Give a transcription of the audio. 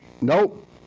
nope